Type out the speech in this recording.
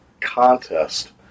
contest